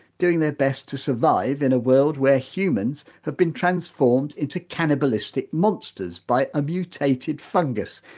doing their best to survive in a world where humans have been transformed into cannibalistic monsters by a mutated fungus.